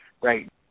right